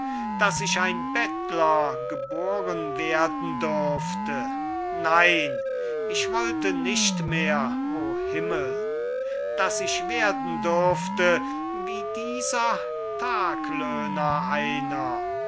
daß ich ein bettler geboren werden dürfte nein ich wollte nicht mehr o himmel daß ich werden dürfte wie dieser taglöhner einer